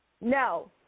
No